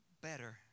better